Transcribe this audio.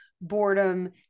boredom